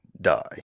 die